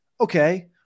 okay